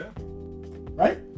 Right